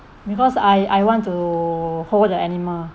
because I I want to hold the animal